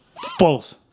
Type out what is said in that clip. False